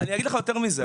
אני אגיד לך יותר מזה.